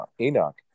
Enoch